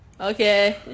Okay